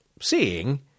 seeing